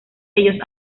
ellos